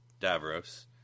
Davros